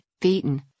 beaten